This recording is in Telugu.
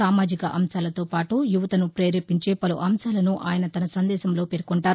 సామాజిక అంశాలతోపాటు యువతను పేరేపించే పలు అంశాలను ఆయన తన సందేశంలో పేర్కొంటారు